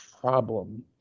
problem